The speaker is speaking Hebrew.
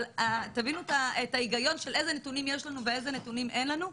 אבל תבינו את ההיגיון של איזה נתונים יש לנו ואיזה נתונים אין לנו.